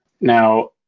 now